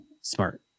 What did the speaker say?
Smart